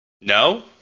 No